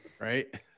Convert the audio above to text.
Right